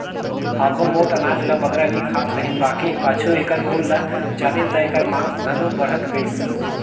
आघु मोट अनाज ल बगरा नी खात रहिन बकि पाछू एकर गुन ल जानिन ता एकर मांग घलो बढ़त गइस